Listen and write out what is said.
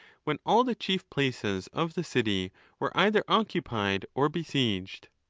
when all the chief places of the city were either occupied or besieged.